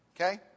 Okay